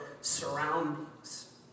surroundings